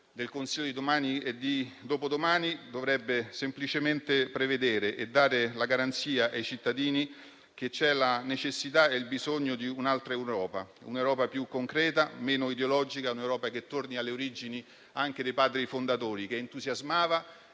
Il Consiglio di domani e di dopodomani dovrebbe semplicemente prevedere e dare la garanzia ai cittadini che c'è la necessità e il bisogno di un'altra Europa, un'Europa più concreta, meno ideologica, un'Europa che torni alle origini anche dei padri fondatori, che entusiasmava